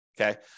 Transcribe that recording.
okay